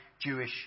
Jewish